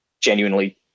genuinely